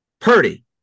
Purdy